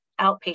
outpatient